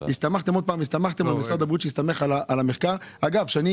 הסתמכתם על משרד הבריאות שהסתמך על המחקר של האגודה ששירה מייצגת.